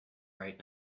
right